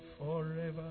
forever